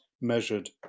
measured